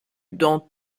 dans